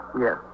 Yes